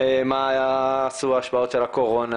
מה עשו ההשפעות של הקורונה,